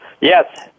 Yes